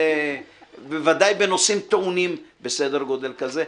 בוודאי בנושאים טעונים בסדר גודל כזה.